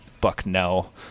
Bucknell